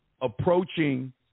approaching